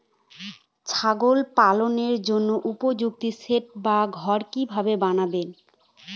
ছাগল পালনের জন্য উপযুক্ত সেড বা ঘর কিভাবে বানাবো?